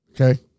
Okay